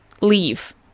leave